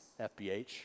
FBH